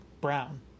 brown